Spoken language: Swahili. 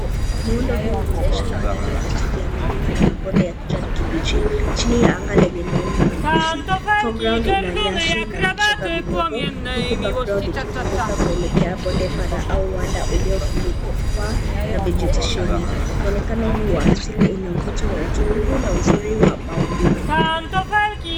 Muundo huu unaonyesha mandhari ya asili ya milima na mabonde ya kijani kibichi, chini ya anga lenye mawingu mepesi. foreground ina nyasi na vichaka vidogo, huku background ikifunguka kuelekea bonde pana au uwanda uliofunikwa na vegetation . Muonekano huu wa asili una mvuto wa utulivu na uzuri wa maumbile.